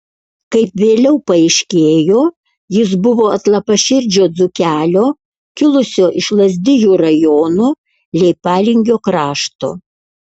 kaip vėliau paaiškėjo jis buvo atlapaširdžio dzūkelio kilusio iš lazdijų rajono leipalingio krašto